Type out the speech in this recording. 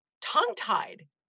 tongue-tied